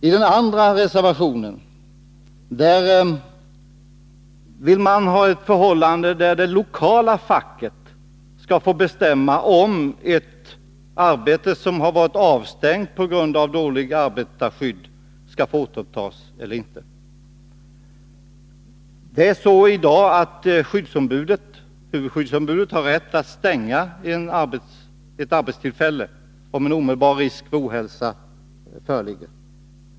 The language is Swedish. I den andra reservationen vill man att det lokala facket skall få bestämma om ett arbete som har varit avstängt på grund av dåligt arbetarskydd skall få återupptas eller inte. Huvudskyddsombudet har rätt att stänga en arbetsplats om omedelbar risk för ohälsa föreligger.